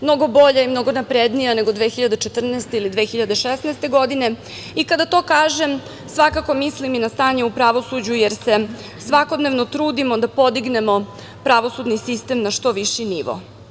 Mnogo je bolja i mnogo naprednija nego 2014. ili 2016. godine i, kada to kažem, svakako mislim na stanje u pravosuđu, jer se svakodnevno trudimo da podignemo pravosudni sistem na što viši nivo.